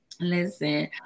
Listen